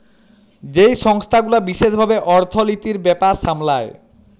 যেই সংস্থা গুলা বিশেস ভাবে অর্থলিতির ব্যাপার সামলায়